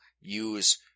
use